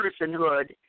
personhood